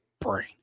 brain